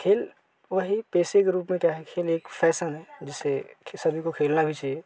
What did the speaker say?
खेल वही पेशे के रूप में क्या है खेल एक फेशन है जिसे सभी को खेलना भी चाहिए